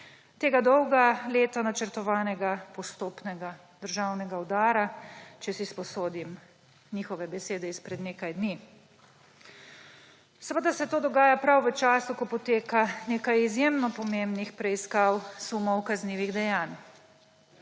tega dolga leta načrtovanega postopnega državnega udara, če si sposodim njihove besede izpred nekaj dni. Seveda se to dogaja prav v času, ko poteka nekaj izjemno pomembnih preiskav sumov kaznivih dejanj.